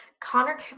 Connor